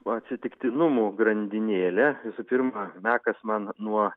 atsitiktinumų grandinėlė visų pirma mekas man nuo